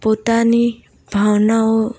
પોતાની ભાવનાઓ